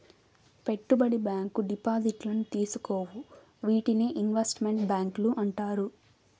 పెట్టుబడి బ్యాంకు డిపాజిట్లను తీసుకోవు వీటినే ఇన్వెస్ట్ మెంట్ బ్యాంకులు అంటారు